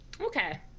Okay